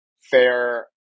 fair